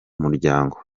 umuryango